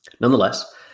Nonetheless